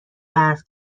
برف